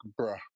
bruh